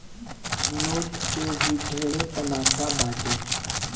note के भी ढेरे तमासा बाटे